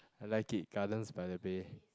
I like it Gardens-by-the-Bay